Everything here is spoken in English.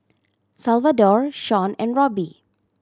Salvador Shon and Robbie